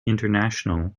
international